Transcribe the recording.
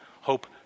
hope